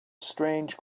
strange